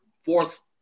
fourth